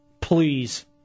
please